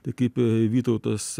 tai kaip vytautas